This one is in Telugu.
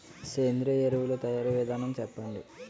సేంద్రీయ ఎరువుల తయారీ విధానం చెప్పండి?